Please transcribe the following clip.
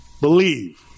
believe